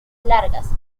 largas